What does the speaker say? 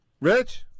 Rich